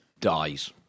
dies